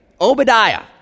Obadiah